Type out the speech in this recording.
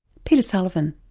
peter sullivan.